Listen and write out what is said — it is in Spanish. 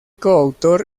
coautor